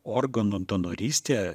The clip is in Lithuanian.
organų donorystė